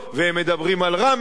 והם מדברים על רמלה,